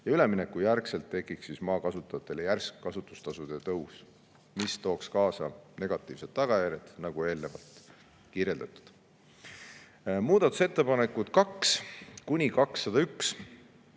ja ülemineku järel tekiks maa kasutajatele järsk kasutustasude tõus, mis tooks kaasa negatiivsed tagajärjed, nagu eelnevalt kirjeldatud. Muudatusettepanekud 2–201